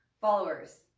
followers